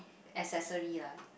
accessory lah